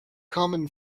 common